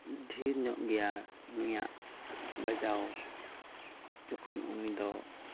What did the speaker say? ᱰᱷᱮᱨ ᱧᱚᱜ ᱜᱮᱭᱟ ᱱᱩᱭᱟᱜ ᱵᱟᱡᱟᱣ ᱡᱚᱠᱷᱚᱱ ᱩᱱᱤ ᱫᱚ